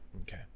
Okay